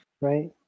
Right